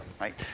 right